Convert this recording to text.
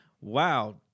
wow